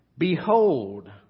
Behold